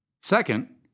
Second